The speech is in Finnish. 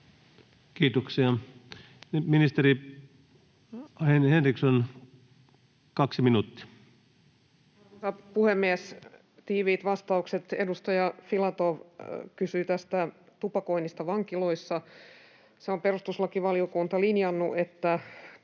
Kiitoksia. — Nyt ministeri Henriksson, 2 minuuttia. Arvoisa puhemies! Tiiviit vastaukset. Edustaja Filatov kysyi tupakoinnista vankiloissa. Siitä on perustuslakivaliokunta linjannut, että